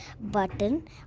button